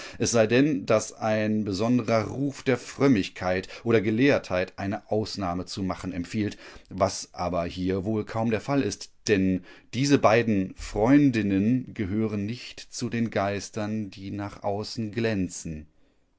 es sei denn daß ein besonderer ruf der frömmigkeit oder gelehrtheit eine ausnahme zu machen empfiehlt was aber hier wohl kaum der fall ist denn diese beiden freundinnen gehören nicht zu den geistern die nach außen glänzen